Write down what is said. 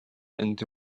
and